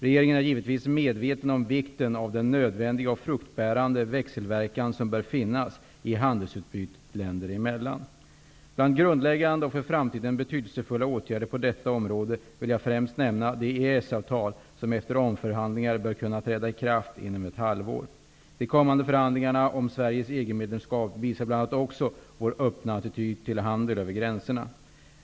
Regeringen är givetvis medveten om vikten av den nödvändiga och fruktbärande växelverkan som bör finnas i handelsutbytet länder emellan. Bland grundläggande och för framtiden betydelsefulla åtgärder på detta område vill jag främst nämna det EES-avtal, som efter omförhandling bör kunna träda i kraft inom ett halvår. De kommande förhandlingarna om Sveriges EG-medlemskap visar bl.a. också vår öppna attityd till handel över gränserna.